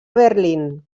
berlín